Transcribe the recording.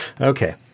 Okay